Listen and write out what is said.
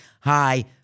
hi